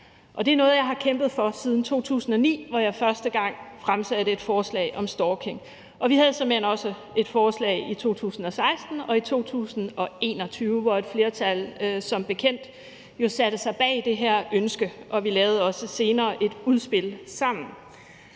det er noget, jeg har kæmpet for siden 2009, hvor jeg første gang fremsatte et forslag om stalking. Og vi havde såmænd også et forslag i 2016 og i 2021, hvor et flertal som bekendt satte sig bag det her ønske, og vi lavede også senere et udspil sammen.